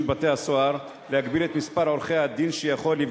בתי-הסוהר להגביל את מספר עורכי-הדיון שיכולים